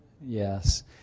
Yes